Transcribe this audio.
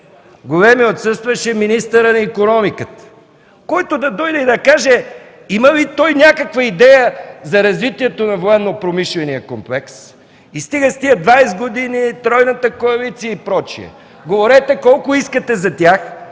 Големият отсъстващ е министърът на икономиката, който да дойде и да каже има ли той някаква идея за развитието на военнопромишления комплекс? Стига с тия 20 години, тройната коалиция и прочие. Говорете колкото искате за тях.